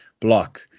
block